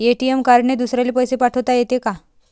ATM कार्डने दुसऱ्याले पैसे पाठोता येते का?